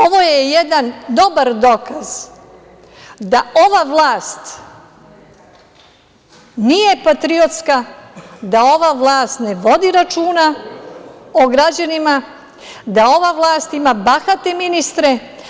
Ovo je jedan dobar dokaz da ova vlast nije patriotska, da ova vlast ne vodi računa o građanima, da ova vlast ima bahate ministre.